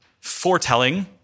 foretelling